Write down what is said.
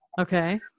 Okay